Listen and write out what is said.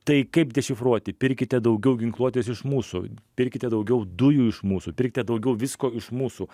tai kaip dešifruoti pirkite daugiau ginkluotės iš mūsų pirkite daugiau dujų iš mūsų pirkite daugiau visko iš mūsų